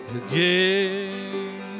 again